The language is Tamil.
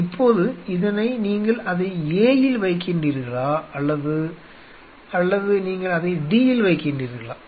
இப்போது இதனை நீங்கள் அதை A இல் வைக்கின்றீர்களா அல்லது அல்லது நீங்கள் அதை D இல் வைக்கின்றீர்களா